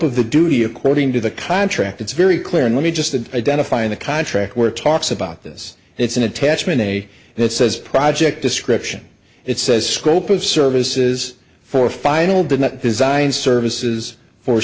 of the duty according to the contract it's very clear and let me just and identifying the contract where talks about this it's an attachment a that says project description it says scope of services for final did not design services for